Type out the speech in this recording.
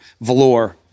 velour